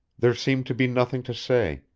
there seemed to be nothing to say,